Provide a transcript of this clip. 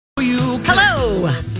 hello